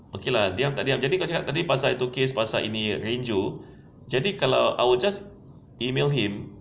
okay lah diam tak diam jadi tadi kau cakap pasal itu case pasal ini rin joo jadi kalau I will just email him